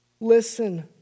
Listen